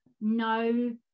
no